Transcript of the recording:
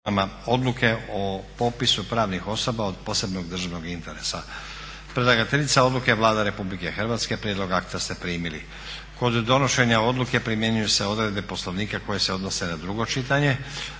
Odluke o popisu pravnih osoba od posebnog državnog interesa Predlagateljica odluke je Vlada Republike Hrvatske. Prijedlog akta ste primili. Kod donošenja odluke primjenjuju se odredbe Poslovnika koje se odnose na drugo čitanje.